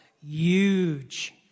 huge